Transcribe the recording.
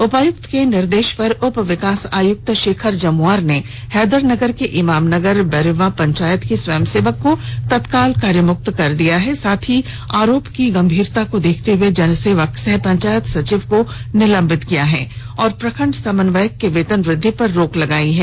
उपायुक्त के निर्देश पर उप विकास आयुक्त शेखर जमुआर ने हैदरनगर के इमामनगर बरेवा पंचायत के स्वयंसेवक को तत्काल कार्यमुक्त कर दिया है साथ ही आरोप की गंभीरता को देखते हुए जनसेवक सह पंचायत सचिव को निलंबित किया है और प्रखंड समन्वयक के वेतन वृद्धि पर रोक लगाई है